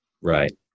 Right